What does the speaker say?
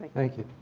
thank you.